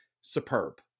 superb